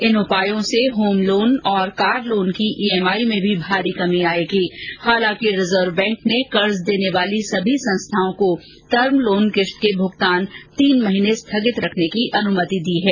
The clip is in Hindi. इन उपायों से होम लोन और कार लोन की ईएमआई में भी भारी कमी आयेगी हालांकि रिजर्व बैंक ने कर्ज देने वाली सभी संस्थाओं को टर्म लोन किश्त के भुगतान तीन महीने स्थगित रखने की अनुमति दी है